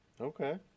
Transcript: Okay